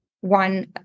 one